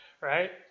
right